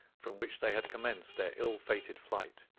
from which they had commenced their ill-fated flight.